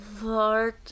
Lord